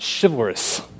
chivalrous